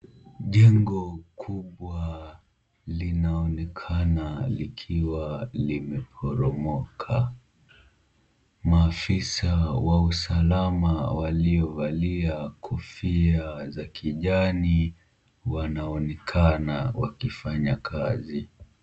Jengo kubwa linaonekana likiwa limeporomoka . Maafisa wa usalama waliovalia kofia za kijani wanaonekana wakifanya kazi.